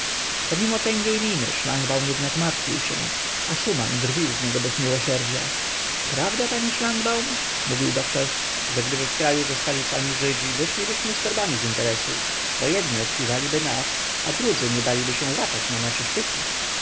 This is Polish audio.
pomimo tęgiej miny szlangbaum jednak martwił się a szuman drwił z niego bez miłosierdzia prawda panie szlangbaum mówił doktor że gdyby w kraju zostali sami żydzi wyszlibyśmy z torbami z interesu bo jedni okpiwaliby nas a drudzy nie daliby się łapać na nasze sztuki